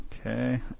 Okay